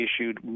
issued